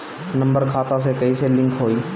Number खाता से कईसे लिंक होई?